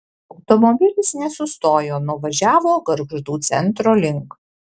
automobilis nesustojo nuvažiavo gargždų centro link